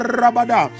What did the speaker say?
rabada